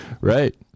right